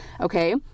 Okay